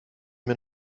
mir